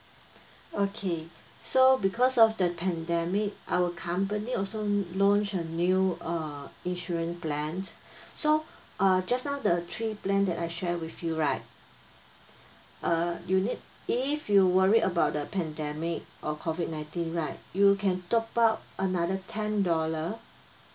okay so because of the pandemic our company also launched a new uh insurance plan so uh just now the three plan that I share with you right uh you need if you worry about the pandemic or COVID nineteen right you can top up another ten dollar